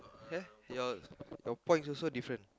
ya your your points also different